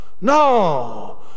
no